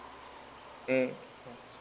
mm